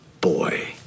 boy